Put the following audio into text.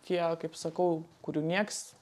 tie kaip sakau kurių nieks